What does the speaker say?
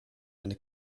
eine